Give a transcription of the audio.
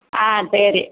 ஆ சரி